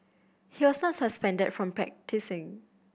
he was not suspended from practising